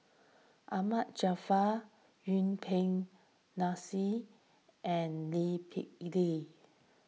Ahmad Jaafar Yuen Peng Nancy and Lee Kip Lee